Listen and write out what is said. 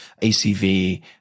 ACV